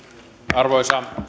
arvoisa